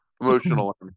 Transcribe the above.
Emotional